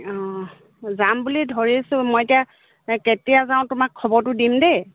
অঁ যাম বুলি ধৰিছোঁ মই এতিয়া এই কেতিয়া যাওঁ তোমাক খবৰটো দিম দেই